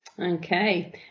Okay